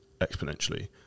exponentially